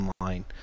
online